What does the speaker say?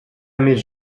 més